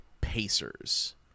Pacers